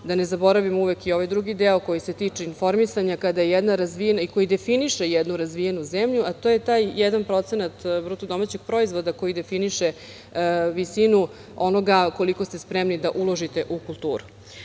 da ne zaboravimo uvek i ovaj drugi deo koji se tiče informisanja koji definiše jednu razvijenu zemlju, a to je taj jedan procenat BDP koji definiše visinu onoga koliko ste spremni da uložite u